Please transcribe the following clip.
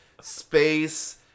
space